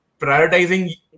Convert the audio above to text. prioritizing